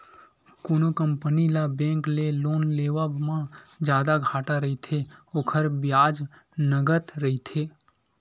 कोनो कंपनी ल बेंक ले लोन लेवब म जादा घाटा रहिथे, ओखर बियाज नँगत रहिथे